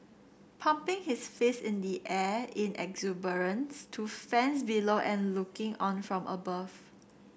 pumping his fist in the air in exuberance to fans below and looking on from above